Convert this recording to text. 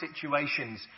situations